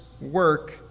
work